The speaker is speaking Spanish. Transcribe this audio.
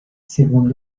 según